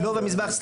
שילה ומזבח יהושע,